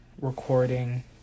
recording